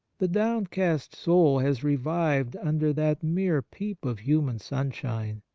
the downcast soul has revived under that mere peep of human sunshine,